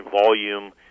volume